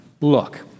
Look